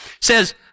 says